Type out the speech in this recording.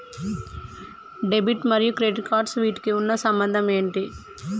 Debit మరియు credit cards వీటికి ఉన్న సంబంధం ఏంటి?